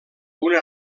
una